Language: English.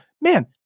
man